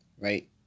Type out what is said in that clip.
right